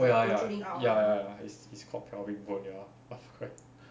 oh ya ya ya ya ya is is called pelvic bone ya correct